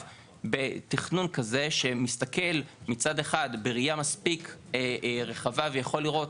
בתכנון כזה שמסתכל מצד אחד בראיה מספיק רחבה ויכול לראות